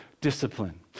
discipline